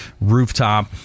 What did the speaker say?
rooftop